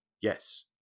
Yes